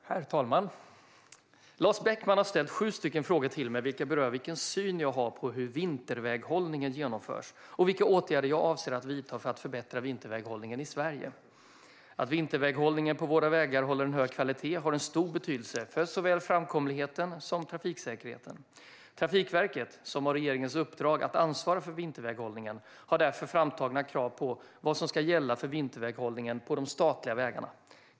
Herr talman! Lars Beckman har ställt sju frågor till mig vilka berör vilken syn jag har på hur vinterväghållningen genomförs och vilka åtgärder jag avser att vidta för att förbättra vinterväghållningen i Sverige. Att vinterväghållningen på våra vägar håller en hög kvalitet har stor betydelse för såväl framkomligheten som trafiksäkerheten. Trafikverket, som har regeringens uppdrag att ansvara för vinterväghållningen, har därför framtagna krav för vad som ska gälla för vinterväghållningen på de statliga vägarna.